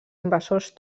invasors